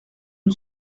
une